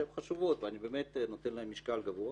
שהן חשובות ואני באמת נותן להן משקל גבוה